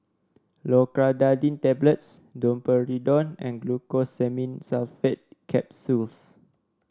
Loratadine Tablets Domperidone and Glucosamine Sulfate Capsules